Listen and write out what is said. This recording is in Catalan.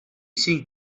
cinc